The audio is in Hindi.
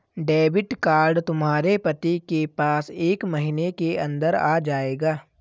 डेबिट कार्ड तुम्हारे पति के पास एक महीने के अंदर आ जाएगा